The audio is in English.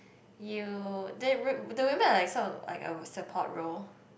you the wo~ the women are like sort of like a support role